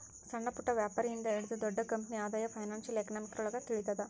ಸಣ್ಣಪುಟ್ಟ ವ್ಯಾಪಾರಿ ಇಂದ ಹಿಡಿದು ದೊಡ್ಡ ಕಂಪನಿ ಆದಾಯ ಫೈನಾನ್ಶಿಯಲ್ ಎಕನಾಮಿಕ್ರೊಳಗ ತಿಳಿತದ